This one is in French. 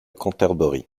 cantorbéry